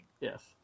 Yes